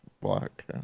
black